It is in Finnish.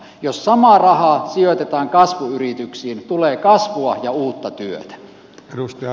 jos sama raha sijoitetaan kasvuyrityksiin tulee kasvua ja uutta työtä